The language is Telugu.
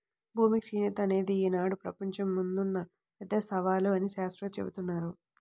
భూమి క్షీణత అనేది ఈనాడు ప్రపంచం ముందున్న పెద్ద సవాలు అని శాత్రవేత్తలు జెబుతున్నారు